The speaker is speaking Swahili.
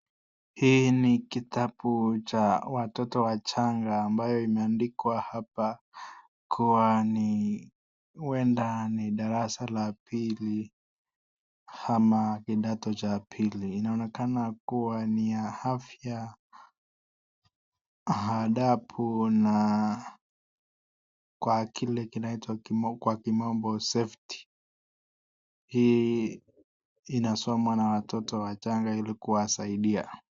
Kitabu cha watoto wachanga ambayo imeandikwa hapa kuwa ni huenda ni darasa ama kidato cha pili. Inaonekana kuwa ni ya afya kwa kile kinaitwa kwa kimombo safety. Hii inasomwa na watoto wachanga ili kuwasaidia.